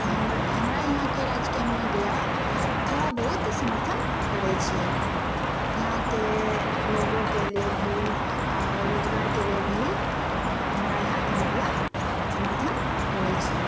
तऽ हम हमरा यहाँके राज्यके मीडिया थोड़ा बहुत समर्थन करै छै यहाँके लोगोँके लिए भी आओर रोजगारके लिए भी हम हमरा यहाँके मीडिया समर्थन करै छै